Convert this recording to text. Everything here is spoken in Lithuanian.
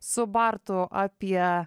su bartu apie